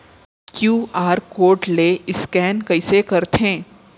QR code ले scan कइसे करथे?